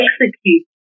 execute